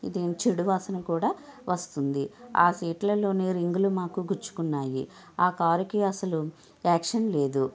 ఇది చెడు వాసన కూడా వస్తుంది ఆ సీట్లలోని రింగులు మాకు గుచ్చుకున్నాయి ఆ కారుకి అసలు యాక్షన్ లేదు